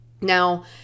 Now